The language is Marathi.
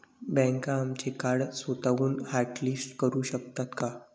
बँका आमचे कार्ड स्वतःहून हॉटलिस्ट करू शकतात का?